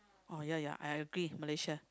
oh ya ya I agree Malaysia